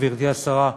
גברתי השרה,